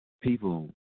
People